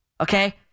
Okay